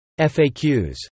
FAQs